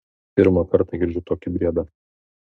pirmą kartą girdžiu tokį briedą